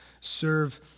serve